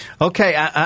Okay